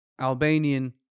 albanian